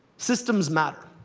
systems matter.